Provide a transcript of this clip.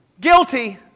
Guilty